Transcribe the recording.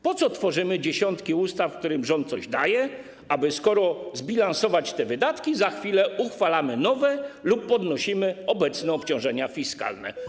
Po co tworzymy dziesiątki ustaw, w których rząd coś daje, aby skoro zbilansować te wydatki, za chwilę uchwalamy nowe lub podnosimy obecne obciążenia fiskalne?